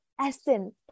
essence